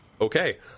Okay